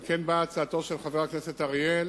על כן באה הצעתו של חבר הכנסת אורי אריאל